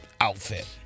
outfit